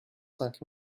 cinq